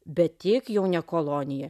bet tiek jau ne kolonija